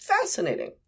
Fascinating